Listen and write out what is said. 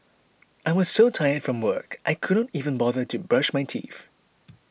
I was so tired from work I could not even bother to brush my teeth